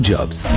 Jobs